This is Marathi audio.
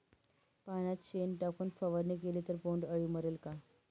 पाण्यात शेण टाकून फवारणी केली तर बोंडअळी मरेल का?